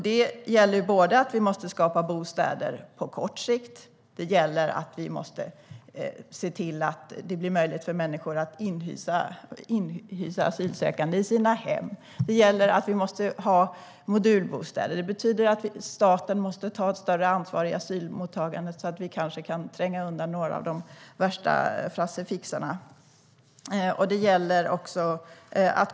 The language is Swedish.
Vi måste både skapa bostäder på kort sikt och se till att det blir möjligt för människor att inhysa asylsökande i sina hem. Vi måste ha modulbostäder, och staten måste ta ett större ansvar i asylmottagandet så att vi kanske kan tränga undan några Frasse Fixare - i alla fall de värsta.